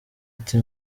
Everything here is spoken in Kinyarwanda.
ati